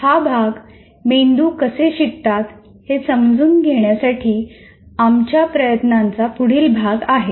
हा भाग मेंदू कसे शिकतात हे समजून घेण्यासाठी आमच्या प्रयत्नांचा पुढील भाग आहे